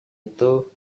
itu